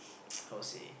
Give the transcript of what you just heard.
how say